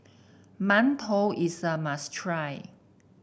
mantou is a must try